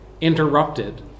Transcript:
interrupted